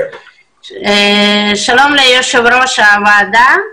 שלום ליושב ראש הוועדה.